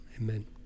amen